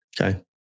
Okay